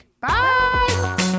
bye